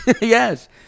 yes